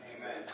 Amen